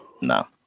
no